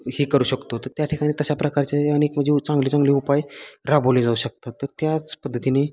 हे करू शकतो तर त्या ठिकाणी तशा प्रकारचे अनेक म्हणजे चांगले चांगले उपाय राबवले जाऊ शकतात तर त्याच पद्धतीने